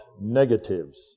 negatives